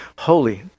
holy